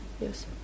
Yes